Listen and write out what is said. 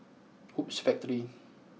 Hoops Factory